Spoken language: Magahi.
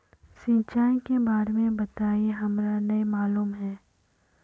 सिंचाई के बारे में बताई हमरा नय मालूम है?